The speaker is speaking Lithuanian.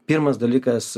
pirmas dalykas